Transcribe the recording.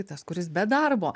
tas kuris be darbo